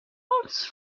false